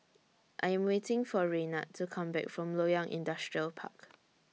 I Am waiting For Raynard to Come Back from Loyang Industrial Park